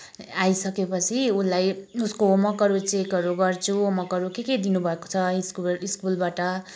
आइसकेपछि उसलाई उसको होमवर्कहरू चेकहरू गर्छु होमवर्कहरू के के दिनुभएको छ स्कु स्कुलबाट